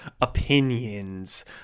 opinions